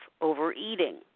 overeating